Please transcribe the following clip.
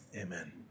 Amen